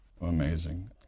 Amazing